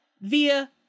via